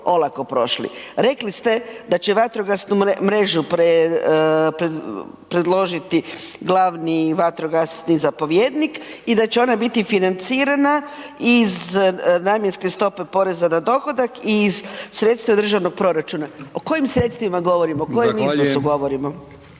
Rekli ste da će vatrogasnu mrežu predložiti glavni vatrogasni zapovjednik i da će ona biti financiranja iz namjenske stope poreza na dohodak i iz sredstva državnog proračuna. O kojim sredstvima govorimo? O kojem iznosu govorimo?